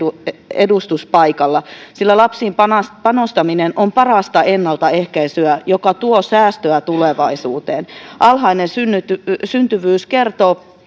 edustus paikalla sillä lapsiin panostaminen on parasta ennaltaehkäisyä joka tuo säästöä tulevaisuuteen alhainen syntyvyys syntyvyys kertoo